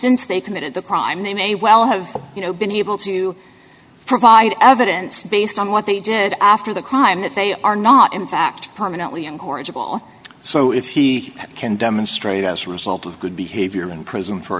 they committed the crime they may well have been able to provide evidence based on what they did after the crime that they are not in fact permanently and corrigible so if he can demonstrate as a result of good behavior in prison for